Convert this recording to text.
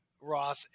roth